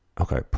okay